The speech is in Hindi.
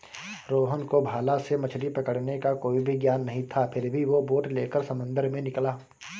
रोहन को भाला से मछली पकड़ने का कोई भी ज्ञान नहीं था फिर भी वो बोट लेकर समंदर में निकला